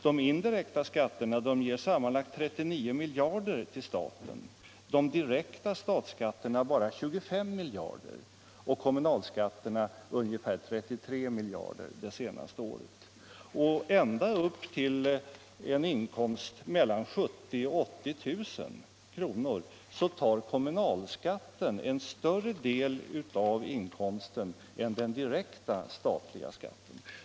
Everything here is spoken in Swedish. De indirekta skatterna ger sammanlagt 39 miljarder till staten, de direkta statsskatterna bara 25 miljarder. Kommunalskatterna ger ungefär 33 miljarder, enligt siffrorna för det senaste året. Även om man har en inkomst på 70 000-80 000 kronor, tar kommunalskatten en större del av inkomsten än den direkta statsskatten.